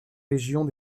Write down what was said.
régions